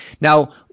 Now